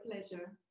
pleasure